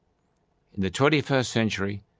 in the twenty first century,